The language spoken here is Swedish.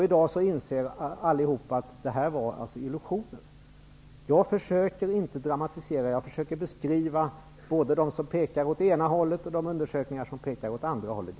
I dag inser allihop att detta var illusioner. Jag försöker inte dramatisera. Jag försöker beskriva både de undersökningar som pekar åt ena hållet och de som pekar åt andra hållet.